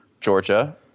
Georgia –